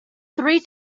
three